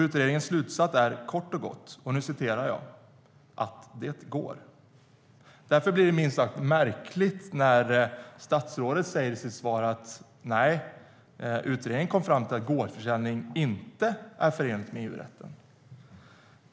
Utredningens slutsats är kort och gott att "det går".Därför blir det minst sagt märkligt när statsrådet säger i sitt svar att utredningen kom fram till att gårdsförsäljning inte är förenlig med EU-rätten.